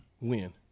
win